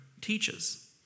teaches